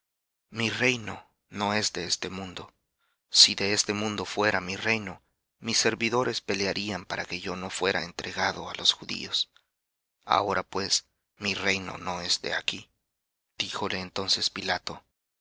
mi reino no es de este mundo si de este mundo fuera mi reino mis servidores pelearían para que yo no fuera entregado á los judíos ahora pues mi reino no es de aquí díjole entonces pilato